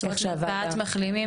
זאת אומרת שמרפאת מחלימים,